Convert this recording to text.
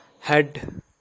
Head